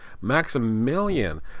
Maximilian